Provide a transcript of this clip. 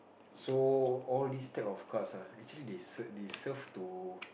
so all these type of cards ah actually they cert they serve to